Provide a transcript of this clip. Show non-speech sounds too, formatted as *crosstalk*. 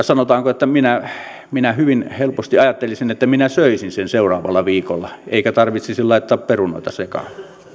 *unintelligible* sanotaanko että minä minä hyvin helposti ajattelisin että minä söisin sen seuraavalla viikolla eikä tarvitsisi laittaa perunoita sekaan